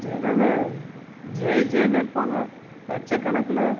ஜனங்கள் ஜேஜேன்னு இருப்பாங்க லட்சக்கணக்கில்